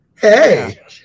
Hey